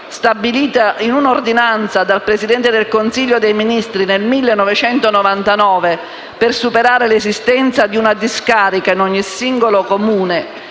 stabilita in un'ordinanza dal Presidente del Consiglio dei ministri nel 1999 per superare l'esistenza di una discarica in ogni singolo Comune